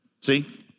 See